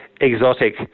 exotic